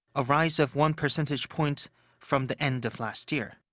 a rise of one percentage point from the end of last year.